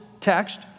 text